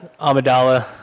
Amidala